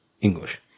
English